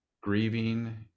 grieving